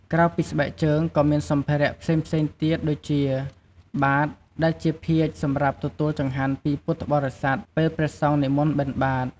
ក្រៅពីស្បែកជើង ក៏មានសម្ភារៈផ្សេងៗទៀតដូចជា បាត ដែលជាភាជន៍សម្រាប់ទទួលចង្ហាន់ពីពុទ្ធបរិស័ទពេលព្រះសង្ឃនិមន្តបិណ្ឌបាត។